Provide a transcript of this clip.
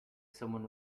someone